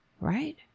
Right